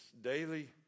daily